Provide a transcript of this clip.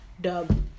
Dub